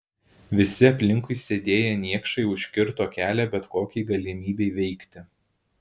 visi aplinkui sėdėję niekšai užkirto kelią bet kokiai galimybei veikti